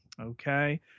okay